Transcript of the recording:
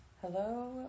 Hello